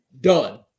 done